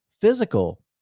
physical